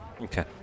Okay